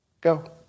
Go